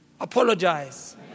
apologize